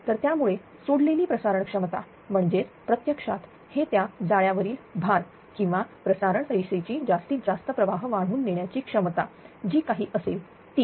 तर त्यामुळे सोडलेली प्रसारण क्षमता म्हणजेच प्रत्यक्षात हे त्या जाळ्या वरील भार किंवा प्रसारण रेषेची जास्तीत जास्त प्रवाह वाहून नेण्याची क्षमता जी काही असेल ती